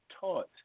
taught